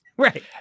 Right